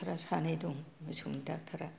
डाक्टारा सानै दं मोसौनि डाक्टारा